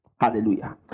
Hallelujah